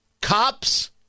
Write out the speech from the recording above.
Cops